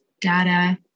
data